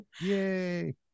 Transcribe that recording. Yay